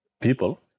people